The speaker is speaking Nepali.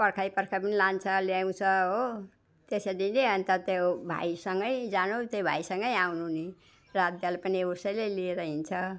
पर्खाई पर्खाई पनि लान्छ ल्याउँछ हो त्यसरी नै अन्त त्यो भाइसँगै जानु त्यही भाइसँगै आउनु नि रातगाल पनि उसैले लिएर हिँड्छ